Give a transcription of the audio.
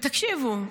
תקשיבו,